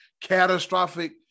catastrophic